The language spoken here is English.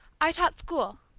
i taught school,